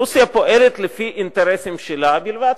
רוסיה פועלת לפי האינטרסים שלה בלבד,